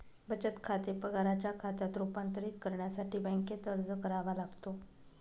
बचत खाते पगाराच्या खात्यात रूपांतरित करण्यासाठी बँकेत अर्ज करावा लागतो